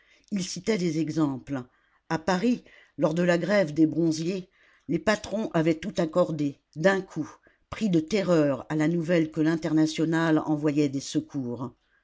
il citait des exemples à paris lors de la grève des bronziers les patrons avaient tout accordé d'un coup pris de terreur à la nouvelle que l'internationale envoyait des secours